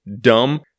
dumb